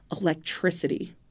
electricity